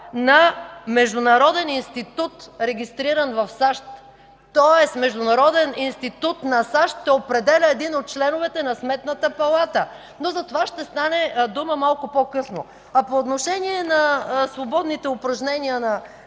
на международен институт, регистриран в САЩ. Тоест международен институт на САЩ ще определя един от членовете на Сметната палата. За това ще стане дума малко по-късно. По отношение на свободните упражнения на